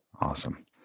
Awesome